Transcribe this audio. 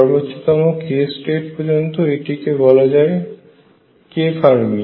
সর্বোচ্চ তম k state পর্যন্ত এটিকে বলা হয় k ফার্মি